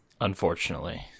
unfortunately